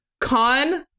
Con